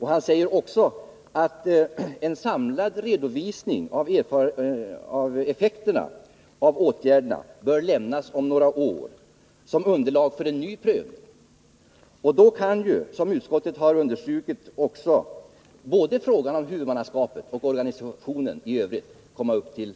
Han säger också att en samlad redovisning av effekterna av åtgärderna bör lämnas om några år som underlag för en ny prövning. Då kan ju, vilket utskottet också har understrukit, både frågan om huvudmannaskapet och frågan om organisationen i övrigt bli föremål för prövning.